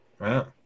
wow